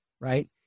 Right